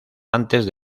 antes